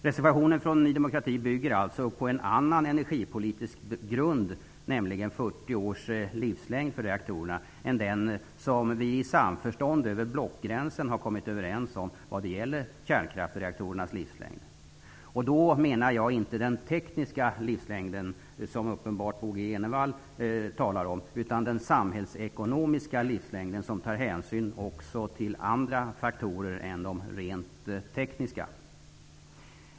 Reservationen från Ny demokrati bygger alltså på en annan energipolitisk grund -- 40 års livslängd för reaktorerna -- än den som vi i samförstånd över blockgränsen har kommit överens om vad gäller kärnkraftsreaktorernas livslängd. Jag menar inte den tekniska livslängden -- som uppenbarligen Bo G Jenevall talar om -- utan den samhällsekonomiska livslängden som tar hänsyn också till andra faktorer än de rent tekniska.